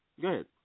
good